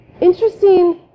interesting